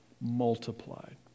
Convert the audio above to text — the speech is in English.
multiplied